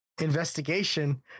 investigation